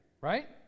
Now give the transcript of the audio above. right